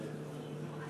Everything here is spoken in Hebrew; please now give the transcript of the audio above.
גברתי